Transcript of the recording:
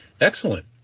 Excellent